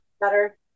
better